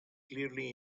clearly